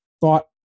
thought